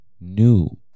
new